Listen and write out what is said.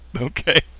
okay